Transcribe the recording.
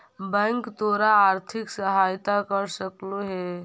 bank तोर आर्थिक सहायता कर सकलो हे